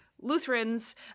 Lutherans